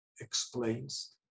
explains